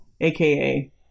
aka